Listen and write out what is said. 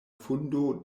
fundo